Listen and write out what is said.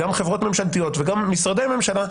גם חברות ממשלתיות וגם משרדי ממשלה,